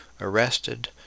arrested